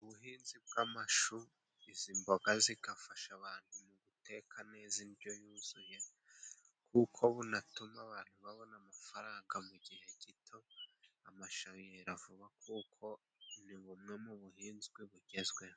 Ubuhinzi bw'amashu izi mboga zigafasha abantu mu guteka neza indyo yuzuye, kuko bunatuma abantu babona amafaranga mu gihe gito amashu yera vuba kuko ni bumwe mu buhinzwe bugezweho.